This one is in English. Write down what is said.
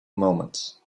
moments